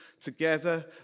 Together